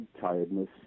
tiredness